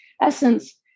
essence